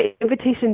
invitation